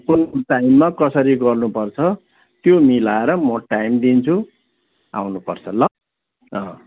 कुन कुन टाइममा कसरी गर्नुपर्छ त्यो मिलाएर म टाइम दिन्छु आउनुपर्छ ल अँ